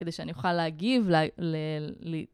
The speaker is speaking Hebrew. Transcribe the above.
כדי שאני אוכל להגיב ל...